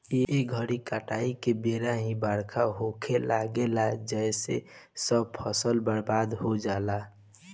ए घरी काटाई के बेरा ही बरखा होखे लागेला जेसे सब फसल बर्बाद हो जाला